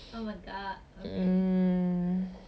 eh 你昨天去那个 receptionist 的那个